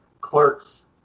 clerks